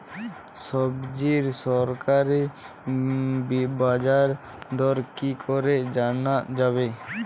সবজির সরকারি বাজার দর কি করে জানা যাবে?